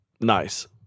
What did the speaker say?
Nice